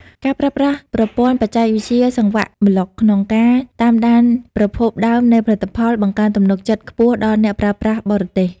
ការប្រើប្រាស់ប្រព័ន្ធបច្ចេកវិទ្យាសង្វាក់ប្លុកក្នុងការតាមដានប្រភពដើមនៃផលិតផល បង្កើនទំនុកចិត្តខ្ពស់ដល់អ្នកប្រើប្រាស់បរទេស។